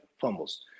fumbles